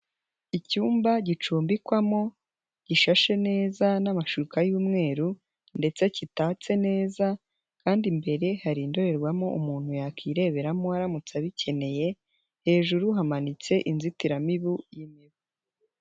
Icyumba gicumbikwamo gishashe neza n'amashuka y'umweru ndetse kitatse neza kandi imbere hari indorerwamo umuntu yakwireberamo aramutse abikeneye, hejuru hamanitse inzitiramibu y'imibu.